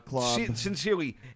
sincerely